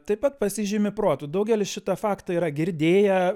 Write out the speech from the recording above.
taip pat pasižymi protu daugelis šitą faktą yra girdėję